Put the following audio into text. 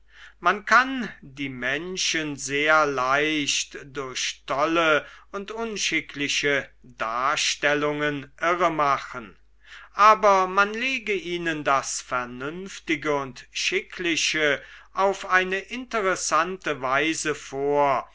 man kann die menschen sehr leicht durch tolle und ungeschickte darstellungen irremachen aber man lege ihnen das vernünftige und schickliche auf eine interessante weise vor